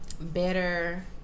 better